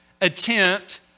attempt